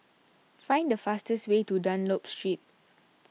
find the fastest way to Dunlop Street